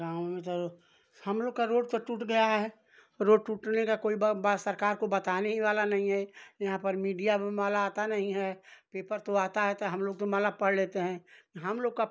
गाँव में तो आउरो हम लोग का रोड तो टूट गया है रोड टूटने का कोई ब बात सरकार को बताने ही वाला नहीं है यहाँ पर मीडिया माला आता नहीं है पेपर तो आता है त हम लोग तो माला पढ़ लेते हैं हम लोग का